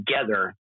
together